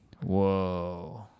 whoa